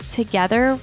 together